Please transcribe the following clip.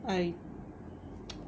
I